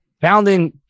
Founding